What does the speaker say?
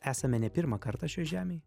esame ne pirmą kartą šioj žemėj